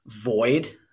void